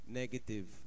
negative